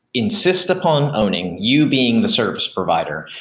insist upon owning, you being the service provider,